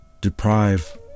deprive